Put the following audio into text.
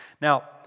Now